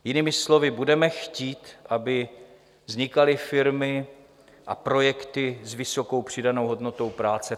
Jinými slovy, budeme chtít, aby vznikaly firmy a projekty s vysokou přidanou hodnotou práce.